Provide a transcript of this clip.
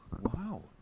Wow